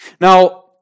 Now